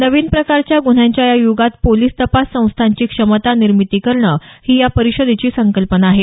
नवीन प्रकारच्या गुन्ह्यांच्या या युगात पोलीस तपास संस्थांची क्षमता निर्मिती करणं ही या परिषदेची संकल्पना आहे